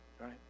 right